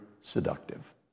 seductive